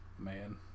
man